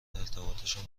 ارتباطشان